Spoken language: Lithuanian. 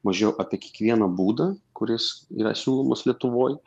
mažiau apie kiekvieną būdą kuris yra siūlomas lietuvoj